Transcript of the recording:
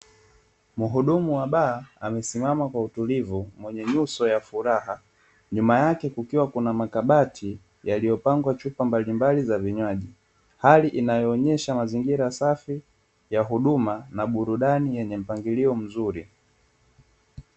Mhudumu wa baa amesimama kwa utulivu, mwenye nyuso ya furaha, nyuma yake kukiwa kuna makabati yaliyopangwa chupa mbalimbali za vinywaji, hali inayoonyesha mazingira safi ya huduma na burudani yenye mpangilio mzuri.